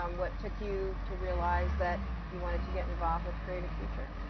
um what took you to realize that you wanted to get involved with create a future.